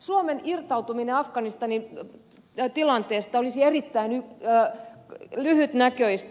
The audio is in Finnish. suomen irtautuminen afganistanin tilanteesta olisi erittäin lyhytnäköistä